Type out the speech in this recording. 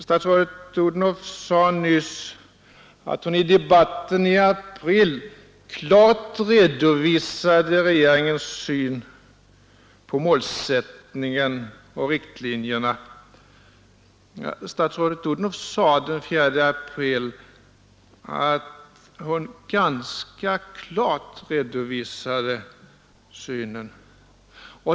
Statsrådet Odhnoff sade nyss att hon i debatten i april klart redovisade regeringens syn på målsättningen och riktlinjerna. Statsrådet Odhnoff sade den 4 april att hon ganska klart redovisade synen.